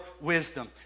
wisdom